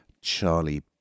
Charlie